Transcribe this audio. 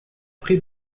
prix